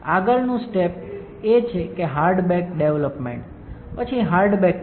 આગળનું સ્ટેપ એ છે કે હાર્ડ બેક ડેવલપમેન્ટ પછી હાર્ડ બેક કરવું